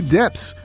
depths